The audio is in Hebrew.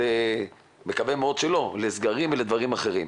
אני מקווה מאוד שלא, לסגרים ולדברים אחרים.